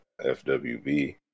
fwb